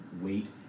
weight